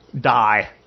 die